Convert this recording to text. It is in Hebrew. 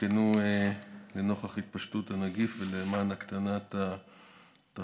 שהותקנו לנוכח התפשטות הנגיף ולמען הקטנת התחלואה,